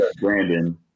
Brandon